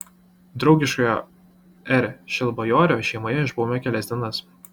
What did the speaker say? draugiškoje r šilbajorio šeimoje išbuvome kelias dienas